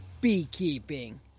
beekeeping